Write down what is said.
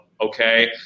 okay